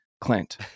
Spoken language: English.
Clint